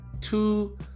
two